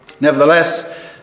Nevertheless